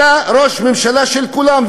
אתה ראש ממשלה של כולם,